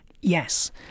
Yes